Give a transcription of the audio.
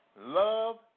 love